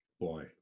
Boy